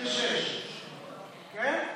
נאום הנדסת תודעה 56, כן?